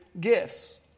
gifts